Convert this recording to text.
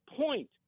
point